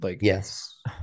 Yes